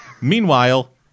Meanwhile